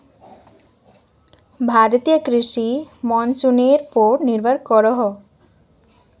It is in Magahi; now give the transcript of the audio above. भारतीय कृषि मोंसूनेर पोर निर्भर करोहो